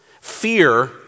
Fear